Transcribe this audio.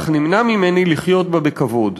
אך נמנע ממני לחיות בה בכבוד.